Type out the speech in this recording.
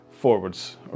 forwards